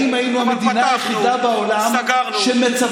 האם היינו המדינה היחידה בעולם שמצבה